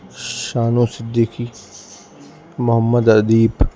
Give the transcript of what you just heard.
Shanu Siddiqui Mohammad Adeeb